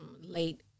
late